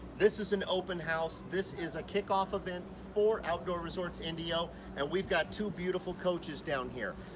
this is an open house. this is a kickoff event for outdoor resorts indio and we've got two beautiful coaches down here.